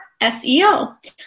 SEO